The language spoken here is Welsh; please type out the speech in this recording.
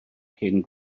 cyn